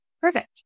Perfect